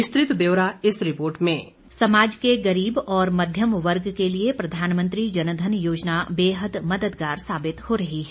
विस्तृत ब्योरा इस रिपोर्ट में डिस्पैच समाज के गरीब और मध्यम वर्ग के लिए प्रधानमंत्री जनधन योजना बेहद मददगार साबित हो रही है